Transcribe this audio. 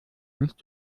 nicht